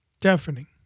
Deafening